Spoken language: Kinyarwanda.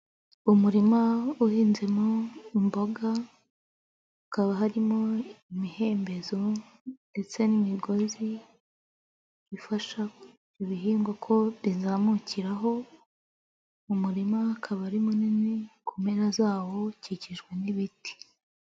Umurima uhinzemo imboga, hakaba harimo imihembezo ndetse n'imigozi, ifasha bihingwa ko rizamukiraho, umurima akaba ari munini, ku mpera zawo ukikijwe n'ibiti.